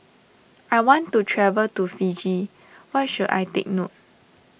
I want to travel to Fiji what should I take note